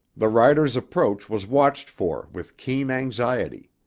the rider's approach was watched for with keen anxiety.